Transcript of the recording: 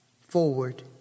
Forward